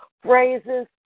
phrases